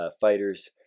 fighters